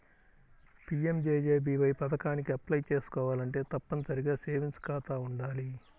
PMJJBY పథకానికి apply చేసుకోవాలంటే తప్పనిసరిగా సేవింగ్స్ ఖాతా వుండాలి